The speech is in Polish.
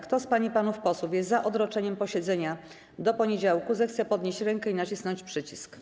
Kto z pań i panów posłów jest za odroczeniem posiedzenia do poniedziałku, zechce podnieść rękę i nacisnąć przycisk.